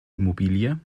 immobilie